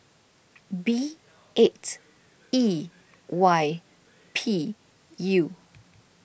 B eight E Y P U